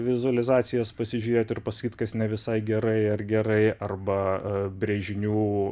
vizualizacijas pasižiūrėt ir pasakyt kas ne visai gerai ar gerai arba brėžinių